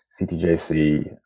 ctjc